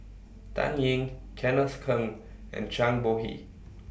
Dan Ying Kenneth Keng and Zhang Bohe